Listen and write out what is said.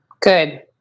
Good